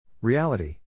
Reality